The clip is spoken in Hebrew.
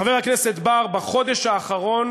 חבר הכנסת בר, בחודש האחרון